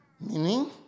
meaning